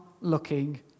looking